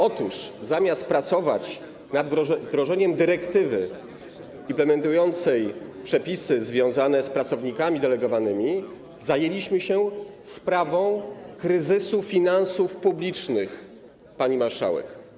Otóż zamiast pracować nad wdrożeniem dyrektywy implementującej przepisy związane z pracownikami delegowanymi, zajęliśmy się sprawą kryzysu finansów publicznych, pani marszałek.